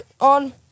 on